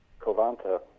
Covanta